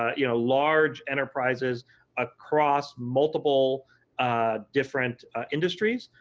you know, large enterprises across multiple different industries,